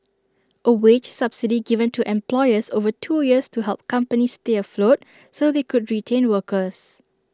A wage subsidy given to employers over two years to help companies stay afloat so they could retain workers